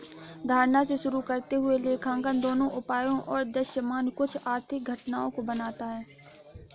धारणा से शुरू करते हुए लेखांकन दोनों उपायों और दृश्यमान कुछ आर्थिक घटनाओं को बनाता है